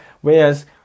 whereas